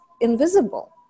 invisible